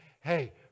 hey